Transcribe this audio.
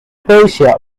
persia